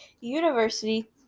University